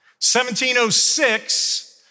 1706